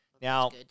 Now